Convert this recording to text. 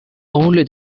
only